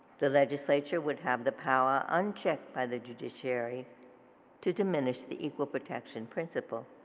the legislature would have the power unchecked by the judiciary to diminish the equal protection principle.